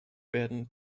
werden